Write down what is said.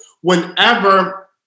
whenever